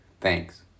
Thanks